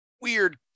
weird